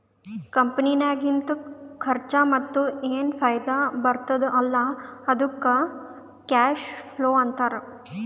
ಕಂಪನಿನಾಗಿಂದ್ ಖರ್ಚಾ ಮತ್ತ ಏನ್ ಫೈದಾ ಬರ್ತುದ್ ಅಲ್ಲಾ ಅದ್ದುಕ್ ಕ್ಯಾಶ್ ಫ್ಲೋ ಅಂತಾರ್